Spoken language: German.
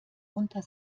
unter